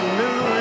new